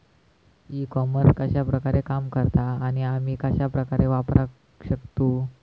E commerce कश्या प्रकारे काम करता आणि आमी कश्या प्रकारे वापराक शकतू?